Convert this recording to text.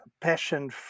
passion